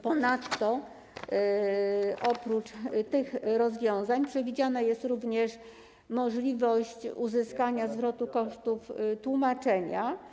Ponadto oprócz tych rozwiązań przewidziana jest również możliwość uzyskania zwrotu kosztów tłumaczenia.